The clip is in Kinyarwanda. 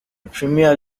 premier